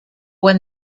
when